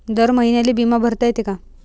दर महिन्याले बिमा भरता येते का?